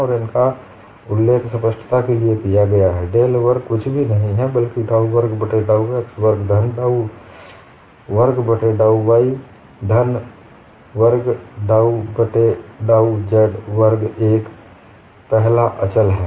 और इसका उल्लेख स्पष्टता के लिए किया गया है डेल वर्ग कुछ भी नहीं है बल्कि डाउ वर्ग बट्टे डाउ x वर्ग धन डाउ वर्ग बट्टे डाउ y वर्ग धन डाउ वर्ग बट्टे डाउ z वर्ग व 1 पहला अचल है